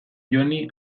joni